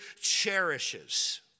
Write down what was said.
cherishes